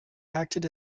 acted